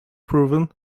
proven